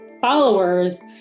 followers